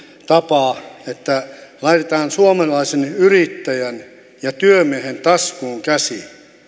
tapa että laitetaan suomalaisen yrittäjän ja työmiehen taskuun käsi